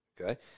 Okay